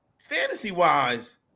fantasy-wise